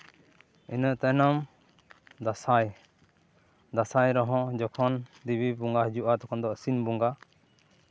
ᱤᱱᱟᱹ ᱛᱟᱭᱱᱚᱢ ᱫᱟᱸᱥᱟᱭ ᱫᱟᱸᱥᱟᱭ ᱨᱮᱦᱚᱸ ᱡᱚᱠᱷᱚᱱ ᱫᱤᱵᱤ ᱵᱚᱸᱜᱟ ᱦᱤᱡᱩᱜᱼᱟ ᱛᱚᱠᱷᱚᱱ ᱫᱚ ᱟᱹᱥᱤᱱ ᱵᱚᱸᱜᱟ